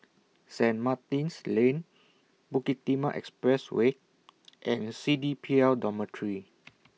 Saint Martin's Lane Bukit Timah Expressway and C D P L Dormitory